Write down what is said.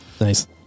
Nice